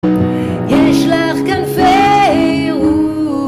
יש לך כנפי רוח